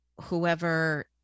whoever